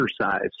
Exercise